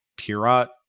Pirat